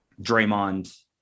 draymond